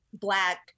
Black